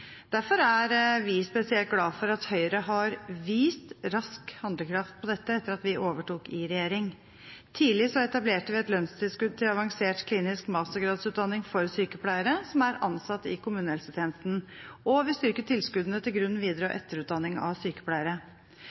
Derfor er vi spesielt glad for at Høyre har vist rask handlekraft på dette etter at vi overtok i regjering. Tidlig etablerte vi et lønnstilskudd til avansert klinisk mastergradsutdanning for sykepleiere som er ansatt i kommunehelsetjenesten, og vi styrket tilskuddene til grunn-, videre- og etterutdanning av sykepleiere.